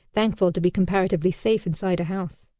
thankful to be comparatively safe inside a house.